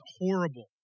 horrible